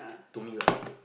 to me lah